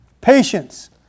Patience